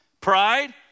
pride